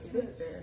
sister